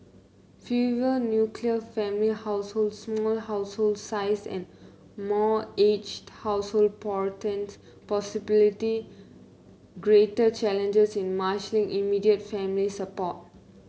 fewer nuclear family households small household size and more aged household portend possibility greater challenges in marshalling immediate family support